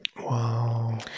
Wow